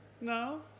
No